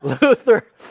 Luther